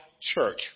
church